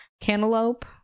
cantaloupe